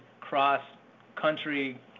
cross-country